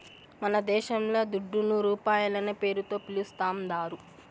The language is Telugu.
మనదేశంల దుడ్డును రూపాయనే పేరుతో పిలుస్తాందారు